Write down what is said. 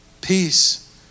peace